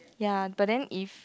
ya but then if